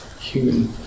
human